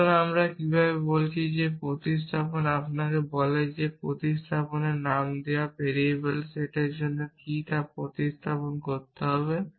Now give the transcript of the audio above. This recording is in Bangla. সুতরাং আমরা কিভাবে বলছি যে প্রতিস্থাপন আপনাকে বলে যে প্রতিস্থাপনে নাম দেওয়া ভেরিয়েবলের সেটের জন্য কী প্রতিস্থাপন করতে হবে